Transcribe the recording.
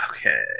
Okay